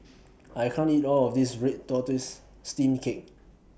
I can't eat All of This Red Tortoise Steamed Cake